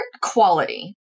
quality